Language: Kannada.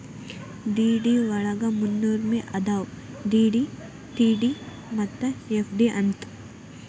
ಡಿ.ಡಿ ವಳಗ ಮೂರ್ನಮ್ನಿ ಅದಾವು ಡಿ.ಡಿ, ಟಿ.ಡಿ ಮತ್ತ ಎಫ್.ಡಿ ಅಂತ್